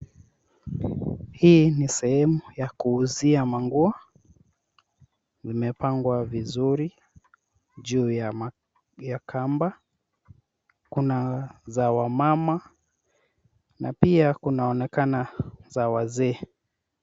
Hii ni sehemu ya kuuzia manguo. Imepangwa vizuri juu ya ma, ya kamba. kuna za wamama na pia kunaonekana za wazee.